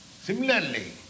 Similarly